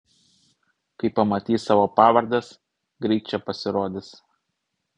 kai pamatys savo pavardes greit čia pasirodys